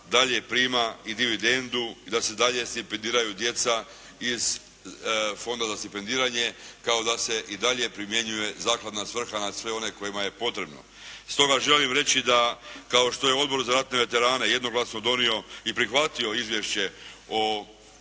dalje prima i dividendu i da se i dalje stipendiraju djeca iz Fonda za stipendiranje, kao da se i dalje primjenjuje zakladna svrha na sve one kojima je potrebno. Stoga želim reći da kao što je Odbor za ratne veterane jednoglasno donio i prihvatio izvješće o